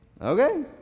Okay